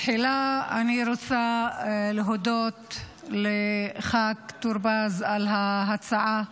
תחילה אני רוצה להודות לחבר הכנסת טור פז על ההצעה,